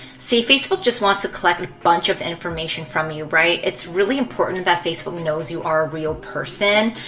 see facebook just wants to collect a bunch of information from you, right? it's really important that facebook knows you are a real person.